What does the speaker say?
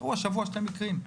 היו השבוע שני מקרים,